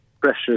precious